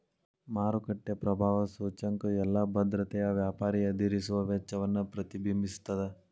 ಮಾರುಕಟ್ಟೆ ಪ್ರಭಾವ ಸೂಚ್ಯಂಕ ಎಲ್ಲಾ ಭದ್ರತೆಯ ವ್ಯಾಪಾರಿ ಎದುರಿಸುವ ವೆಚ್ಚವನ್ನ ಪ್ರತಿಬಿಂಬಿಸ್ತದ